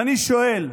ואני שואל: